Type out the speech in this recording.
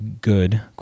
good